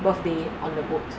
birthday on the boat